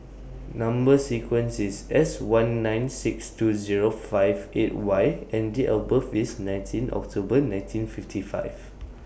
Number sequence IS S one nine six two Zero five eight Y and Date of birth IS nineteen October nineteen fifty five